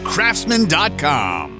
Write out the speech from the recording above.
Craftsman.com